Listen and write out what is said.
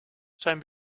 zijn